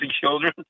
children